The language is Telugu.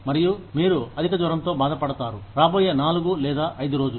మరియు మీరు అధిక జ్వరంతో బాధపడతారు రాబోయే నాలుగు లేదా ఐదు రోజులు